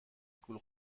گول